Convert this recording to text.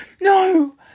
No